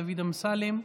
דוד אמסלם,